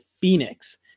Phoenix